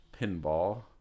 Pinball